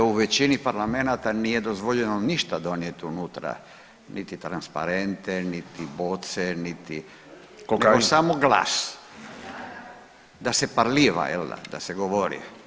U većini parlamenata nije dozvoljeno ništa donijet unutra niti transparente, niti boce, niti [[Upadica Zekanović: Kokain.]] nego samo glas da se parliva jel da, da se govori.